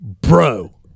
bro